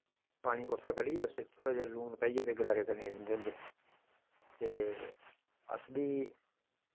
पानी कोस्सा करियै उसदे च थोह्ड़ा जा लून पाईयै गरारे करने दिन्दे होंदे हे ते अस बी